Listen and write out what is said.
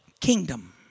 kingdom